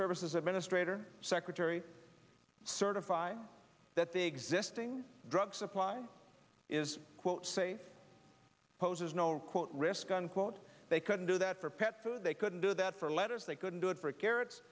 services administrator secretary certify that the existing drug supply is quote say poses no or quote risk unquote they couldn't do that for pet food they couldn't do that for letters they couldn't do it for carrots